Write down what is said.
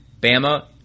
Bama